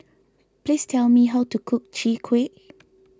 please tell me how to cook Chwee Kueh